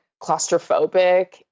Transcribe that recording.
claustrophobic